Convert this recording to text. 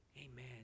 Amen